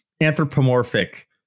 anthropomorphic